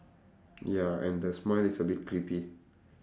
ya and the smile is a bit creepy